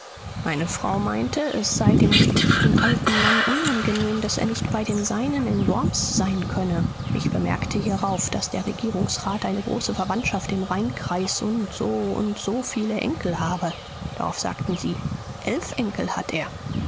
meine frau meinte es sei dem guten alten mann unangenehm daß er nicht bei den seinen in worms sein könne ich bemerkte hierauf daß der regierungsrat eine große verwandtschaft im rheinkreis und so und so viele enkel habe darauf sagten sie elf enkel hat er